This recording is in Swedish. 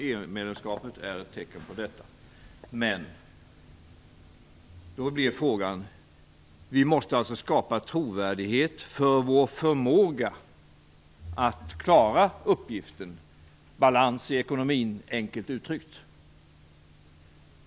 EU medlemskapet är ett tecken på detta. Vi måste skapa trovärdighet när det gäller vår förmåga att klara uppgiften. Vi måste ha balans i ekonomin, enkelt uttryckt.